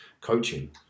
coaching